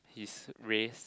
race his